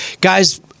Guys